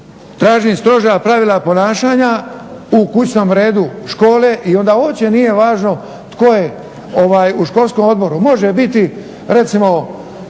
tražim stroža pravila ponašanja u kućnom redu škole i onda uopće nije važno tko je u školskom odboru. Može biti recimo,